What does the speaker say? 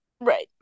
right